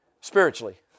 Spiritually